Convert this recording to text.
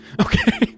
Okay